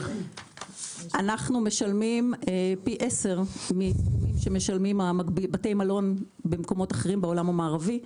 אנחנו משלמים פי 10 ממה שמשלמים בתי מלון במקומות אחרים בעולם המערבי,